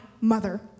mother